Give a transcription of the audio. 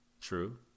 True